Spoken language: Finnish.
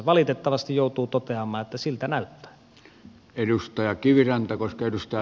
valitettavasti joutuu toteamaan että siltä näyttää